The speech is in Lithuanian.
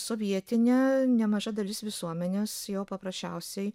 sovietinę nemaža dalis visuomenės jau paprasčiausiai